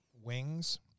wings